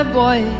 boy